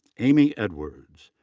amy edwards.